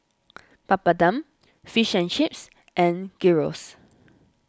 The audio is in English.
Papadum Fish and Chips and Gyros